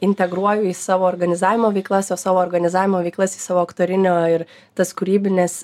integruoju į savo organizavimo veiklas o savo organizavimo veiklas į savo aktorinio ir tas kūrybines